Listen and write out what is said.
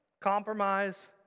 compromise